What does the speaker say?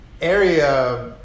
area